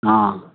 हँ